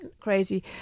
crazy